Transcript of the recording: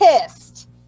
pissed